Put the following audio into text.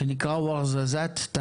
שנקרא 'ווארזאזאת'.